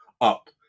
up